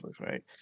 right